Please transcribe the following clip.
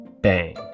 Bang